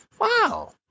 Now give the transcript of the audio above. Wow